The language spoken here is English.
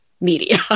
media